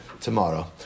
tomorrow